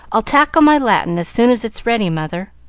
i'll tackle my latin as soon as it's ready, mother.